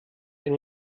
eine